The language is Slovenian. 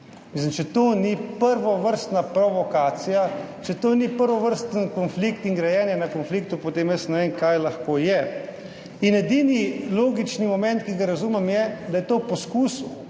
če to ni prvovrstna provokacija, če to ni prvovrsten konflikt in grajenje na konfliktu, potem jaz ne vem, kaj lahko je. Edini logični moment, ki ga razumem, je, da je to poskus